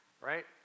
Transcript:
right